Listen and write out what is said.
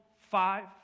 five